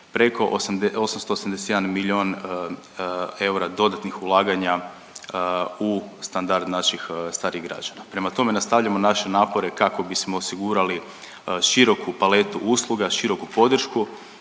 preko 881 milijun eura dodatnih ulaganja u standard naših starijih građana. Prema tome, nastavljamo naše napore kako bismo osigurali široku paletu usluga, široku podršku